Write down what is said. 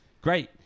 Great